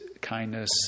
kindness